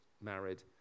married